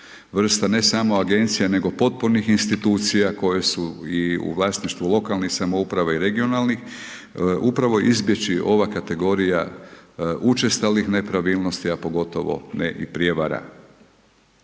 vrsta, ne samo Agencija, nego potpornih institucija koje su i u vlasništvu lokalnih samouprava i regionalnih, upravo izbjeći ova kategorija učestalih nepravilnosti, a pogotovo ne i prijevara.